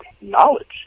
knowledge